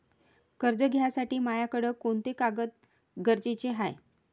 कर्ज घ्यासाठी मायाकडं कोंते कागद गरजेचे हाय?